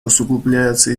усугубляется